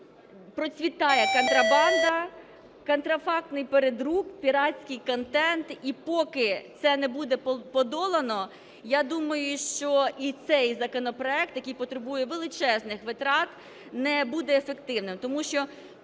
процвітає контрабанда, контрафактний передрук, піратський контент. І поки це не буде подолано, я думаю, що і цей законопроект, який потребує величезних витрат, не буде ефективним,